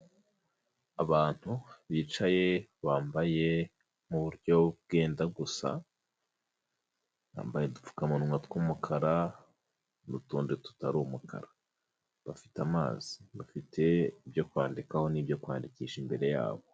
Abantu bicaye bambaye mu buryo bwenda gusa, bambaye udupfukamunwa tw'umukara n'utundi tutari umukara. Bafite amazi. Bafite ibyo kwandikaho n'ibyo kwandikisha imbere yabo.